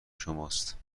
شماست